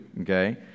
okay